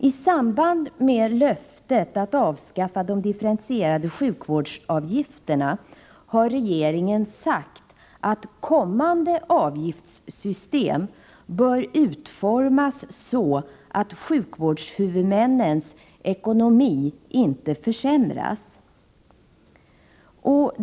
I samband med löftet att avskaffa de differentierade sjukvårdsavgifterna har regeringen sagt att kommande avgiftssystem bör utformas så, att sjukvårdshuvudmännens ekonomi inte försämras.